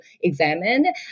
examine